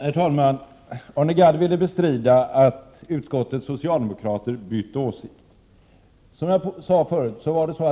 Herr talman! Arne Gadd bestred att utskottets socialdemokrater har bytt åsikt.